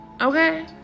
Okay